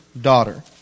daughter